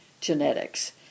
genetics